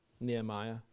Nehemiah